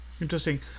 Interesting